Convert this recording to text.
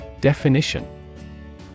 Definition